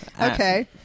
okay